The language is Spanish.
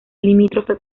limítrofe